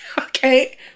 okay